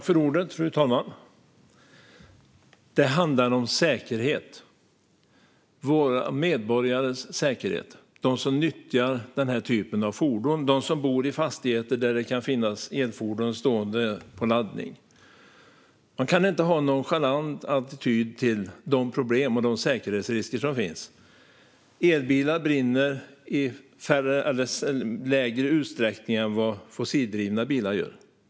Fru talman! Det handlar om säkerheten för våra medborgare - för dem som nyttjar denna typ av fordon eller som bor i fastigheter där det kan finnas elfordon stående på laddning. Man kan inte ha en nonchalant attityd till de problem och säkerhetsrisker som finns. Elbilar brinner i mindre utsträckning än vad fossildrivna bilar gör.